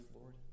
Lord